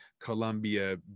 Colombia